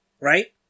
right